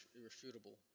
irrefutable